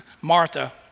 Martha